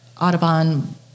Audubon